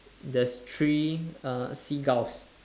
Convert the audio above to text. there's three uh seagulls